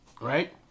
right